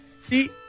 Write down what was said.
See